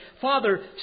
Father